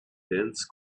dense